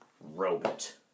Robot